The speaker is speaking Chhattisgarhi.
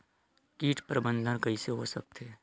कीट प्रबंधन कइसे हो सकथे?